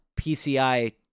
PCI